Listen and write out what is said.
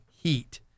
heat